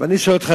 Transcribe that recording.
אני שואל אותך,